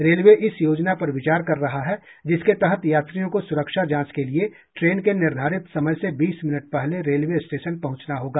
railway इस योजना पर विचार कर रहा है जिसके तहत यात्रियों को सुरक्षा जांच के लिए ट्रेन के निर्धारित समय से बीस मिनट पहले रेलवे स्टेशन पहुंचना होगा